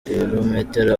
ibirometero